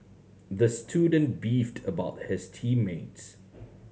the student beefed about his team mates